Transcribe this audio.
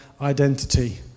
identity